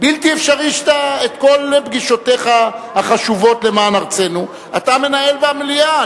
בלתי אפשרי שאת כל פגישותיך החשובות למען ארצנו אתה מנהל במליאה.